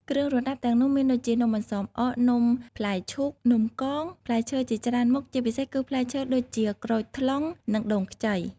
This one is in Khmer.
គ្រឿងរណ្តាប់ទាំងនោះមានដូចជា នំអន្សមអក នំផ្លែឈូក នំកង ផ្លែឈើជាច្រើនមុខ ជាពិសេសគឺផ្លែឈើដូចជា ក្រូចថ្លុង និងដូងខ្ចី។